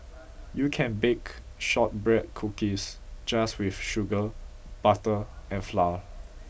you can bake shortbread cookies just with sugar butter and flour